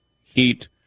Heat